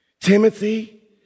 Timothy